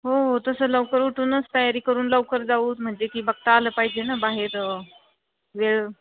हो हो तसं लवकर उठूनच तयारी करून लवकर जाऊ म्हणजे की बघता आलं पाहिजे ना बाहेर वेळ